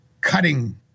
cutting